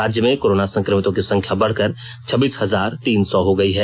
राज्य में कोरोना संक्रमितों की संख्या बढकर छब्बीस हजार तीन सौ हो गई है